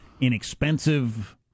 inexpensive